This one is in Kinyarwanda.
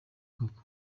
koko